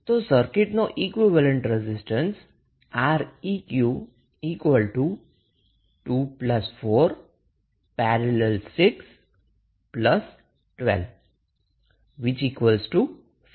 તો સર્કિટનો equivalent resistance Req 2 4 || 6 12 15 હોવો જોઈએ